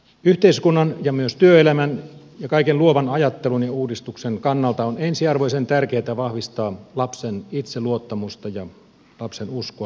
yhteiskunnan ja myös työelämän ja kaiken luovan ajattelun ja uudistuksen kannalta on ensiarvoisen tärkeätä vahvistaa lapsen itseluotta musta ja lapsen uskoa omiin mahdollisuuksiinsa